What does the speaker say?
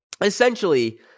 essentially